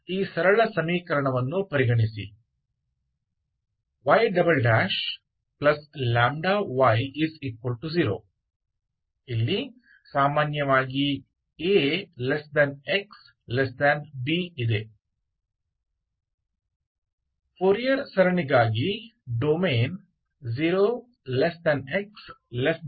जैसे सरल समीकरण पर विचार करें y λy0 axb सामान्यतः फूरियर सीरीस के लिए डोमेन 0x2π हो सकता है